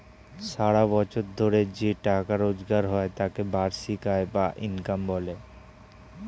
সারা বছর ধরে যে টাকা রোজগার হয় তাকে বার্ষিক আয় বা ইনকাম বলে